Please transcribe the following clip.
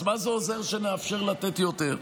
אז מה זה עוזר שנאפשר לתת יותר?